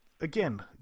Again